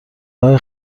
راه